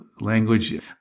language